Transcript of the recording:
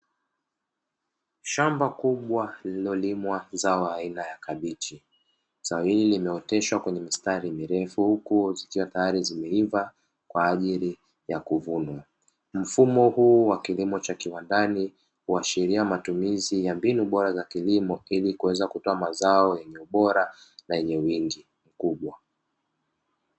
Shamba kubwa lililolimwa zao aina ya kabichi zao hili limeoteshwa kwenye mistari mirefu huku zikiwa tayari zimeiva tayari kwa ajili ya kuvunwa, mfumo huu wa kilimo cha kiwandani kuashiria matumizi mbinu bora za kilimo ilikuweza kutoa mazao yenye ubora na yenye wingi mkubwa.